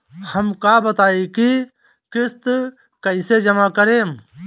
हम का बताई की किस्त कईसे जमा करेम?